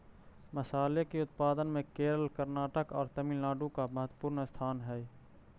मसाले के उत्पादन में केरल कर्नाटक और तमिलनाडु का महत्वपूर्ण स्थान हई